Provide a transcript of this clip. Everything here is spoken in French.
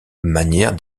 manière